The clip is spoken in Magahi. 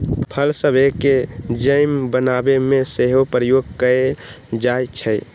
फल सभके जैम बनाबे में सेहो प्रयोग कएल जाइ छइ